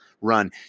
run